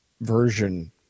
version